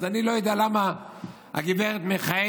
אז אני לא יודע למה הגב' מיכאלי,